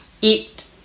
eat